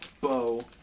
bow